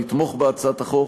לתמוך בהצעת החוק,